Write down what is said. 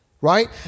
right